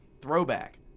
throwback